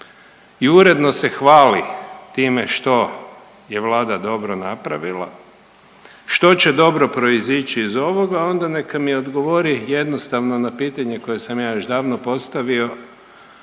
i uredno se hvali time što je Vlada dobro napravila, što će dobro proizići iz ovoga, onda neka mi odgovori jednostavno na pitanje koje sam ja još davno postavio